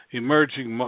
emerging